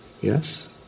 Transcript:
Yes